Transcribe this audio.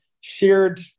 shared